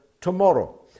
tomorrow